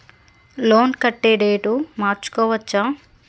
Loan కట్టే date మార్చుకోవచ్చా?